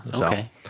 okay